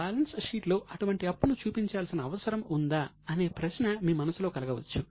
balance షీట్లో అటువంటి అప్పును చూపించాల్సిన అవసరం ఉందా అనే ప్రశ్న మీ మనసులో కలగవచ్చు